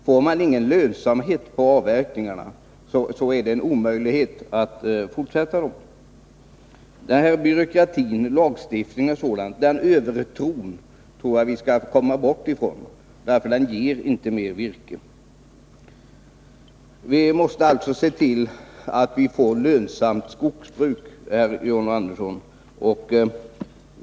Får man ingen lönsamhet på avverkningarna, så är det en omöjlighet att fortsätta dem. Jag tror att vi skall försöka komma bort ifrån denna övertro på byråkrati och lagstiftning, för detta ger inte mer virke. Vi måste alltså se till att få lönsamt skogsbruk, John Andersson.